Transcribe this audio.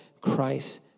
Christ